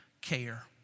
care